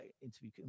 interview